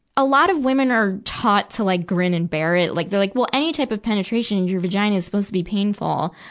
a lot of women are taught to like grin and bear it. like, they're like, well, any type of penetration in your vagina is supposed to be painful.